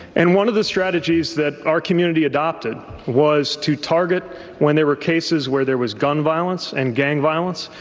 and one of the strategies that our community adopted was to target when there were cases where there was gun violence and gang violence,